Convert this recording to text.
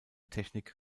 technik